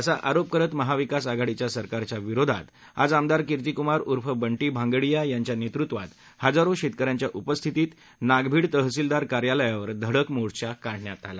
असा आरोप करीत महाविकास आघाडीच्या सरकारच्या विरोधात आज आमदार कीर्तिक्मार उर्फ बंटी भांगडिया यांच्या नेतृत्वात हजारो शेतकऱ्यांच्या उपस्थितीत नागभीड तहसीलदार कार्यालयावर धडक मोर्चा काढण्यात आला